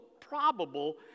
probable